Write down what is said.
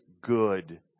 good